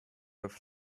have